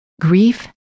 Grief